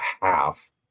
half